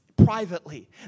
privately